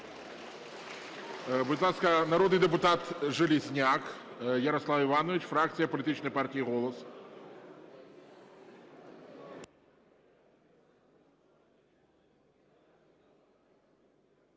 Будь ласка, народний депутат Железняк Ярослав Іванович, фракція політичної партії "Голос".